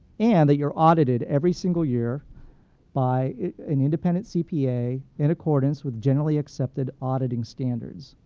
and that you're audited every single year by an independent cpa in accordance with generally accepted auditing standards,